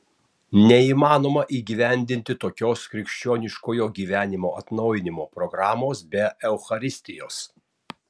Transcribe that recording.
neįmanoma įgyvendinti tokios krikščioniškojo gyvenimo atnaujinimo programos be eucharistijos